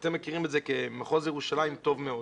אתם מכירים את זה כמחוז ירושלים טוב מאוד.